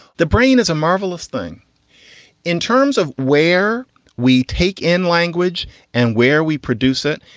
the brain is a marvelous thing in terms of where we take in language and where we produce it.